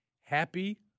Happy